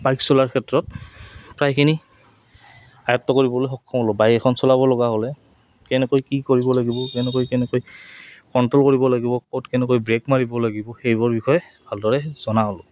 bike চলাৰ ক্ষেত্ৰত প্ৰায়খিনি আয়ত্ব কৰিবলৈ সক্ষম হ'লোঁ বাইক এখন চলাব লগা হ'লে কেনেকৈ কি কৰিব লাগিব কেনেকৈ কেনেকৈ কণ্ট্ৰ'ল কৰিব লাগিব ক'ত কেনেকৈ ব্ৰেক মাৰিব লাগিব সেইবোৰ বিষয়ে ভালদৰে জনা হ'লোঁ